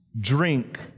Drink